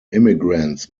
immigrants